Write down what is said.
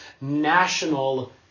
national